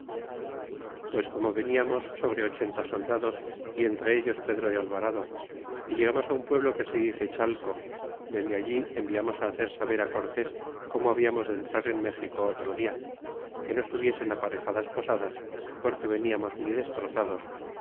pues como veniamos sobre ochenta soldados y entre ellos pedro de alvarado y llegamos un pueblo que se dice chateo dende allí enviamos hacer saber cortés como hablamos de entrar en méxico otro dia que nos tuviesen aparejadas posadas porque veniamos muy destrozados